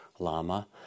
Lama